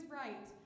right